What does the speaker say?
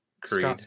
Creed